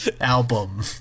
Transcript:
album